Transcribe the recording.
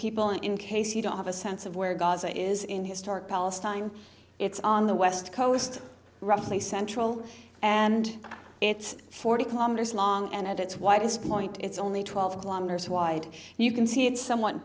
people in case you don't have a sense of where gaza is in historic palestine it's on the west coast roughly central and it's forty kilometers long and at its widest point it's only twelve kilometers wide and you can see it's somewhat